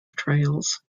trails